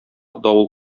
давыл